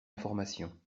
information